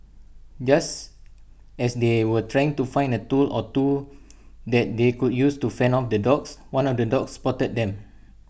just as they were trying to find A tool or two that they could use to fend off the dogs one of the dogs spotted them